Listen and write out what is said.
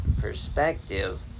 perspective